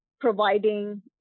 providing